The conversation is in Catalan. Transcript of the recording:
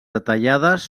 detallades